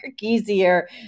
easier